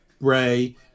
Ray